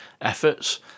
efforts